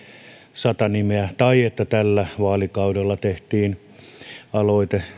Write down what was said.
sata nimeä tai tällä vaalikaudella tehtiin aloite